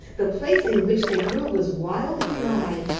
the place in which they grew was wild and dry,